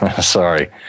Sorry